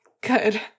good